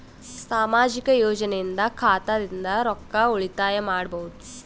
ಸಾಮಾಜಿಕ ಯೋಜನೆಯಿಂದ ಖಾತಾದಿಂದ ರೊಕ್ಕ ಉಳಿತಾಯ ಮಾಡಬಹುದ?